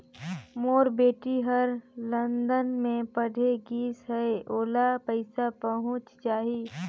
मोर बेटी हर लंदन मे पढ़े गिस हय, ओला पइसा पहुंच जाहि?